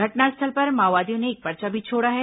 घटनास्थल पर माओवादियों ने एक पर्चा भी छोड़ा है